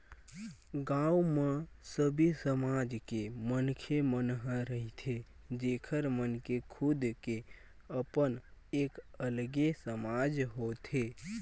गाँव म सबे समाज के मनखे मन ह रहिथे जेखर मन के खुद के अपन एक अलगे समाज होथे